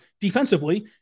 defensively